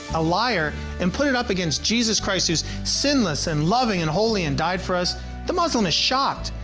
a liar and put it up against jesus christ who is sinless, and loving, and holy, and died for us the muslim is shocked.